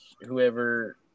whoever